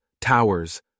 towers